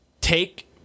Take